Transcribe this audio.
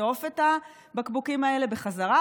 לאסוף את הבקבוקים האלה בחזרה.